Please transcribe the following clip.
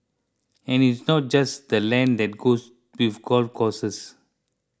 and it's not just the land that goes with golf courses